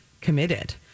committed